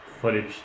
footage